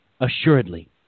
assuredly